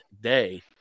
Day